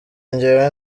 njyewe